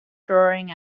drawing